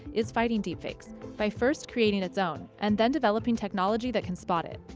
is fighting deep fakes by first creating its own and then developing technology that can spot it.